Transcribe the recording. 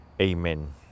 Amen